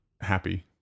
happy